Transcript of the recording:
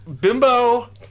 bimbo